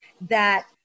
that-